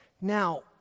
Now